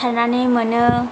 सारनानै मोनो